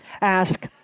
Ask